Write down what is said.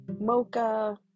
mocha